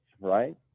right